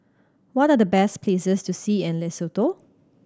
what are the best places to see in Lesotho